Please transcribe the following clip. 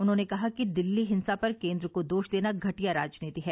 उन्होंने कहा कि दिल्ली हिंसा पर केन्द्र को दोष देना घटिया राजनीति है